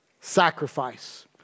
sacrifice